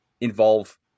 involve